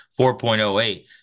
4.08